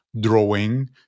drawing